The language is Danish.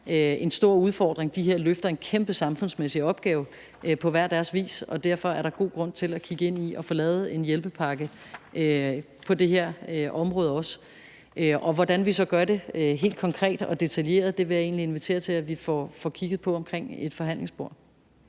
en stor udfordring. De løfter en kæmpe samfundsmæssig opgave på hver deres vis, og derfor er der god grund til at kigge ind i også at få lavet en hjælpepakke på det her område. Hvordan vi så gør det helt konkret og detaljeret, vil jeg egentlig gerne invitere til at vi får kigget på omkring et forhandlingsbord.